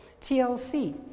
TLC